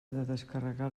descarregar